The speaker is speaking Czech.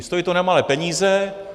Stojí to nemalé peníze.